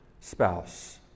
spouse